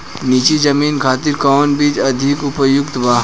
नीची जमीन खातिर कौन बीज अधिक उपयुक्त बा?